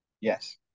Yes